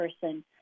person